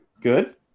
Good